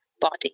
body